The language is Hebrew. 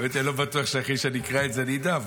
האמת היא שאני לא בטוח שאחרי שאני אקרא את זה אני אדע.